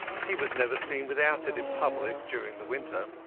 he was never seen without it in public during the winter.